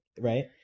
right